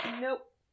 Nope